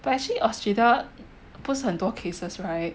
but actually Australia 不是很多 cases right